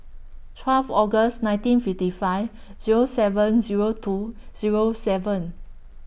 twelve August nineteen fifty five Zero seven Zero two Zero seven